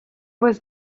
was